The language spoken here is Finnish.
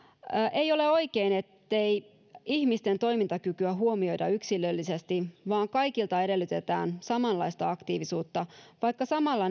ei ole oikein ettei ihmisten toimintakykyä huomioida yksilöllisesti vaan kaikilta edellytetään samanlaista aktiivisuutta vaikka samalla